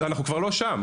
אנחנו כבר לא שם.